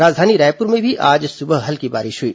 राजधानी रायपुर में भी आज सुबह हल्की बारिश हुई